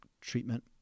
treatment